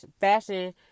fashion